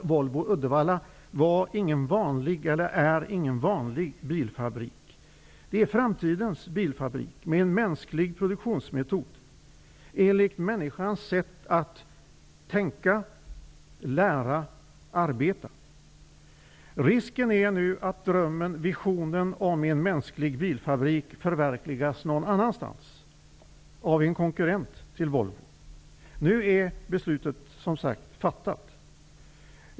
Volvo Uddevalla är ingen vanlig bilfabrik. Det är framtidens bilfabrik där en mänsklig produktionsmetod används enligt människans sätt att tänka, lära och arbeta. Risken är att visionen om en mänsklig bilfabrik förverkligas någon annanstans av en konkurrent till Volvo. Nu är beslutet fattat.